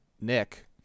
Nick